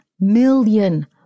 million